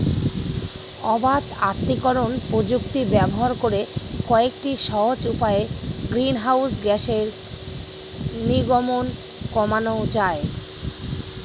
অবাত আত্তীকরন প্রযুক্তি ব্যবহার করে কয়েকটি সহজ উপায়ে গ্রিনহাউস গ্যাসের নির্গমন কমানো যায়